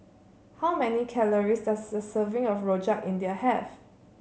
how many calories does a serving of Rojak India have